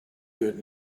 good